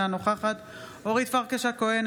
אינה נוכחת אורית פרקש הכהן,